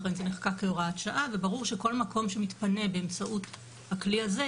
לכן זה נחקק כהוראת שעה וברור שכל מקום שמתפנה באמצעות הכלי הזה,